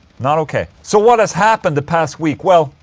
not okay so what has happened the past week? well.